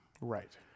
Right